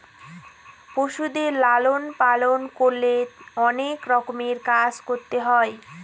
পশুদের লালন পালন করলে অনেক রকমের কাজ করতে হয়